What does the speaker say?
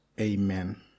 Amen